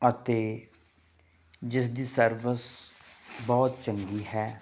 ਅਤੇ ਜਿਸ ਦੀ ਸਰਵਿਸ ਬਹੁਤ ਚੰਗੀ ਹੈ